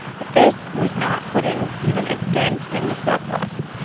but this was not putting even a dent in the surplus.